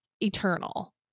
eternal